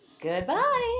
Goodbye